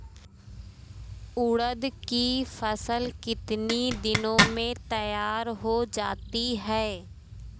उड़द की फसल कितनी दिनों में तैयार हो जाती है?